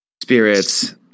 spirits